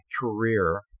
career